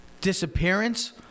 Disappearance